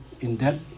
in-depth